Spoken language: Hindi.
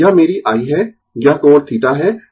तो यह मेरी I है यह कोण θ है